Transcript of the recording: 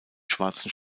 schwarzen